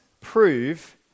prove